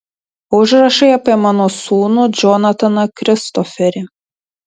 užrašai apie mano sūnų džonataną kristoferį